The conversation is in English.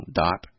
dot